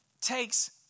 takes